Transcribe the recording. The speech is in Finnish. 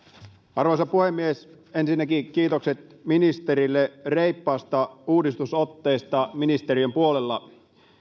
arvoisa puhemies ensinnäkin kiitokset ministerille reippaasta uudistusotteesta ministeriön puolella